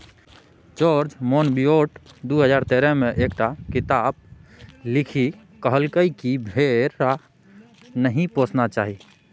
George Monbiot दु हजार तेरह मे एकटा किताप लिखि कहलकै कि भेड़ा नहि पोसना चाही